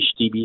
HDB